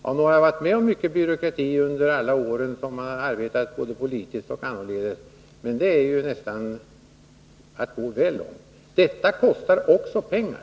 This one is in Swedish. Nog har jag varit med om mycket byråkrati i alla år, men detta är att gå väl långt. Det kostar ju också pengar.